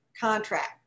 contract